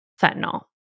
fentanyl